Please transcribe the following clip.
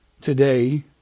today